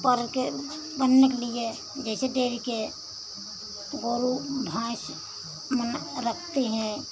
पढ़कर बनने के लिए जैसे डेयरी के गोरू भैँस माने रखते हैं